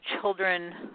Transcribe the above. Children